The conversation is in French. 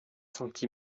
senti